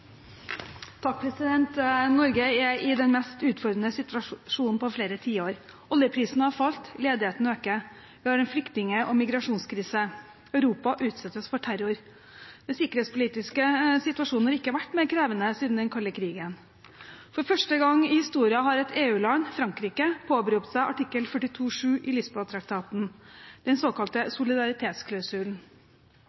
i den mest utfordrende situasjonen på flere tiår. Oljeprisen har falt, og ledigheten øker. Vi har en flyktning- og migrasjonskrise. Europa utsettes for terror. Den sikkerhetspolitiske situasjonen har ikke vært mer krevende siden den kalde krigen. For første gang i historien har et EU-land, Frankrike, påberopt seg artikkel 42-7 i Lisboa-traktaten, den såkalte solidaritetsklausulen.